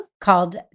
called